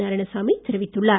நாராயணசாமி தெரிவித்துள்ளார்